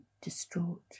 distraught